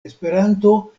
esperanto